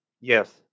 Yes